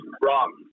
wrong